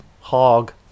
hog